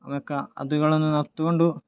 ಅದಕ್ಕೆ ಅವುಗಳನ್ನು ನಾವು ತಗೊಂಡು